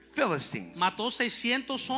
Philistines